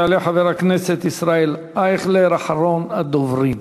יעלה חבר הכנסת ישראל אייכלר, אחרון הדוברים.